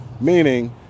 meaning